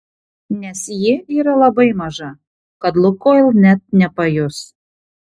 nes ji yra labai maža kad lukoil net nepajus